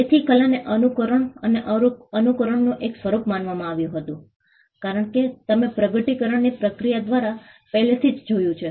તેથી કલાને અનુકરણ અને અનુકરણનું એક સ્વરૂપ માનવામાં આવતું હતું કારણ કે તમે પ્રગટીકરણ ની પ્રક્રિયા દ્વારા પહેલેથી જ જોયું છે